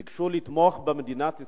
הם ביקשו לתמוך במדינת ישראל.